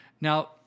Now